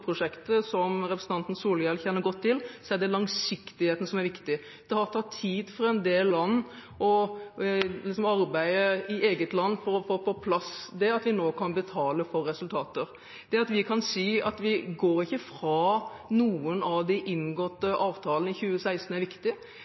som representanten Solhjell kjenner godt til, er langsiktighet viktig. Det har tatt tid for en del land å arbeide i eget land for å få på plass det at vi nå kan betale for resultater. Det at vi kan si at vi ikke går fra noen av de inngåtte avtalene i 2016, er viktig.